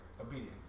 obedience